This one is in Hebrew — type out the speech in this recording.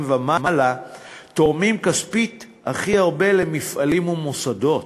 ומעלה תורמים כספית הכי הרבה למפעלים ומוסדות,